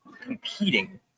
competing